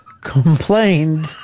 complained